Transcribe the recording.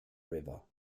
river